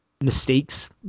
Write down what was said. mistakes –